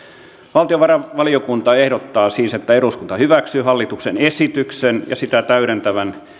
valtiovarainvaliokunta ehdottaa siis että eduskunta hyväksyy hallituksen esityksen ja sitä täydentävän